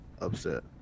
upset